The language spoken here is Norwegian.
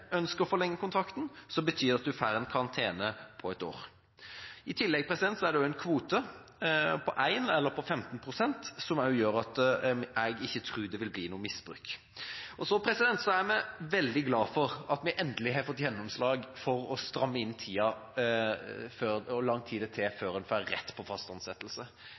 ønsker å forlenge kontrakten, betyr det at de får en karantene på et år. I tillegg er det også en kvote på én eller 15 pst., som også gjør at jeg ikke tror det vil bli noe misbruk. Vi er veldig glad for at vi endelig har fått gjennomslag for å stramme inn tida for hvor lang tid det tar før en får rett til fast ansettelse.